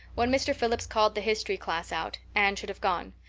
when mr. phillips called the history class out anne should have gone,